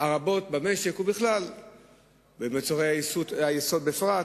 הרבות במשק בכלל ובמוצרי היסוד בפרט.